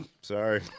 Sorry